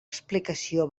explicació